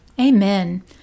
Amen